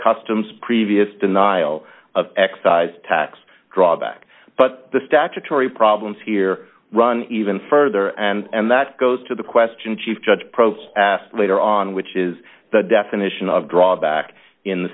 customs previous denial of excise tax drawback but the statutory problems here run even further and that goes to the question chief judge probes asked later on which is the definition of drawback in the